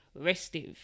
restive